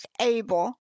able